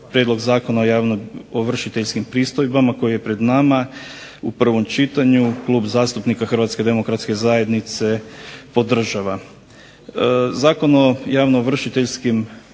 Prijedlog zakona o javnoovršiteljskim pristojbama koji je pred nama u prvom čitanju Klub zastupnika Hrvatske demokratske zajednice podržava. Zakon o javnoovršiteljskim pristojbama